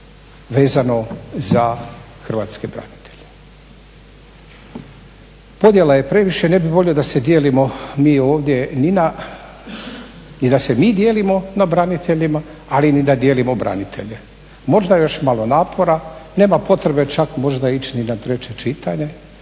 vezano za hrvatske branitelje. Podjela je previše ne bih volio da se dijelimo mi ovdje ni na, ni da se mi dijelimo na braniteljima ali ni da dijelimo branitelje. Možda još malo napora, nema potrebe čak možda ići ni na treće čitanje,